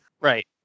Right